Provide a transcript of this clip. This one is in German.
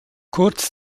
kurz